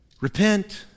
repent